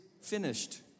finished